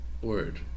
Word